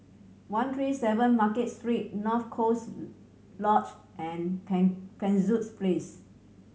one three seven Market Street North Coast Lodge and Pen Penshurst Place